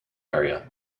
area